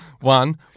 one